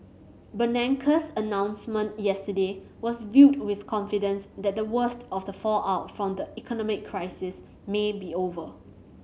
Bernanke's announcement yesterday was viewed with confidence that the worst of the fallout from the economic crisis may be over